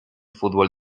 fútbol